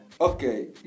okay